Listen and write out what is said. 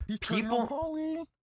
people